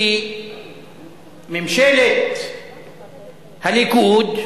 כי ממשלת הליכוד,